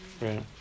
right